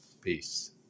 peace